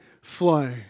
flow